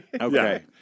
Okay